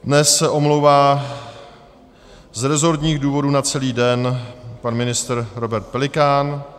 Dnes se omlouvá z resortních důvodů na celý den pan ministr Robert Pelikán.